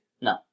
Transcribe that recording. No